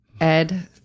ed